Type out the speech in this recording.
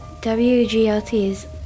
WGLT's